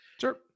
sure